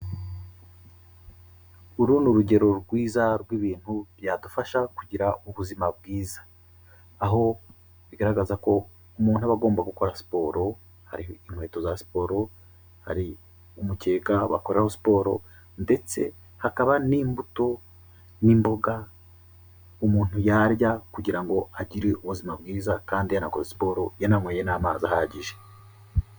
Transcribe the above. Uru ni urugero rwiza rw'ibintu byadufasha kugira ubuzima bwiza, aho bigaragaza ko umuntu aba agomba gukora siporo, hari inkweto za siporo, hari umukeka bakoreraho siporo, ndetse hakaba n'imbuto n'imboga umuntu yarya kugira ngo agire ubuzima bwiza kandi yanakoze siporo yananyoye n'amazi ahagije.